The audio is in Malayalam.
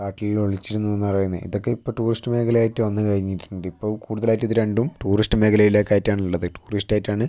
കാട്ടില് ഒളിച്ചിരുന്നു എന്ന് പറയുന്നത് ഇതൊക്കെ ഇപ്പോൾ ടൂറിസ്റ്റ് മേഖലയായിട്ട് വന്നു കഴിഞ്ഞിട്ടുണ്ട് ഇപ്പോൾ കൂടുതലായിട്ട് ഇത് രണ്ടും ടൂറിസ്റ്റ് മേഖലയിലൊക്കെ ആയിട്ടാണുള്ളത് ടൂറിസ്റ്റ് ആയിട്ടാണ്